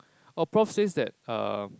oh prof says that erm